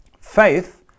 Faith